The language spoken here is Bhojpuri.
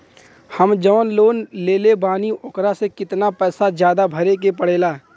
हम जवन लोन लेले बानी वोकरा से कितना पैसा ज्यादा भरे के पड़ेला?